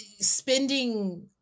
spending